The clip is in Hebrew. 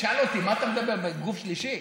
תשאל אותי, מה אתה מדבר בגוף שלישי?